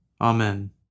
Amen